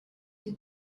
you